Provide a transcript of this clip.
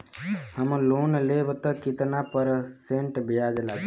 हम लोन लेब त कितना परसेंट ब्याज लागी?